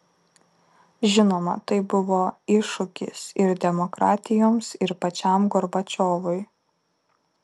žinoma tai buvo iššūkis ir demokratijoms ir pačiam gorbačiovui